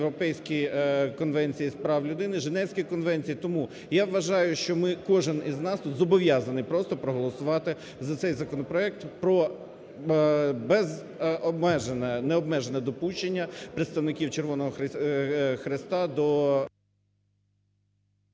Європейській конвенції з прав людини, Женевської конвенції. Тому я вважаю, що ми, кожен із нас тут зобов'язаний просто проголосувати за цей законопроект про необмежене допущення представників Червоного Хреста до…